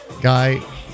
Guy